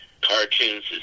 cartoons